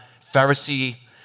Pharisee